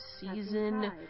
season